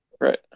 Right